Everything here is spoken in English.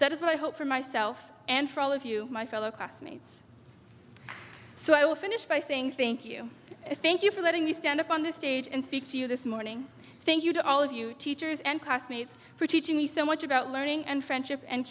that is what i hope for myself and for all of you my fellow classmates so i will finish by saying think you i thank you for letting me stand up on the stage and speak to you this morning thank you to all of you teachers and classmates for teaching me so much about learning and friendship and